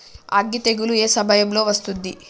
అగ్గి తెగులు ఏ సమయం లో వస్తుంది?